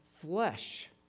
flesh